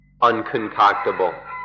unconcoctable